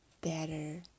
better